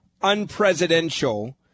unpresidential